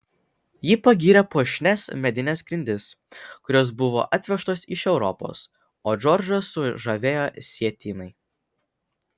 ji pagyrė puošnias medines grindis kurios buvo atvežtos iš europos o džordžą sužavėjo sietynai